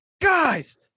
guys